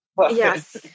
Yes